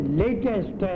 latest